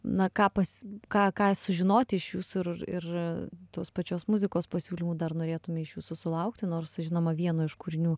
na ką pas ką ką sužinoti iš jūsų ir ir tos pačios muzikos pasiūlymų dar norėtume iš jūsų sulaukti nors žinoma vieno iš kūrinių